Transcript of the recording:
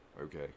okay